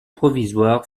provisoire